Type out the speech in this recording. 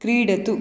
क्रीडतु